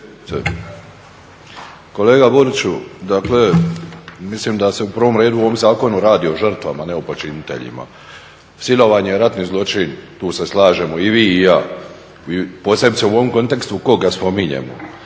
Kolega Buriću, dakle mislim da se u prvom redu u ovom zakonu radi o žrtvama, ne o počiniteljima. Silovanje je ratni zločin, tu se slažemo i vi i ja, posebice u ovom kontekstu kojega spominjemo.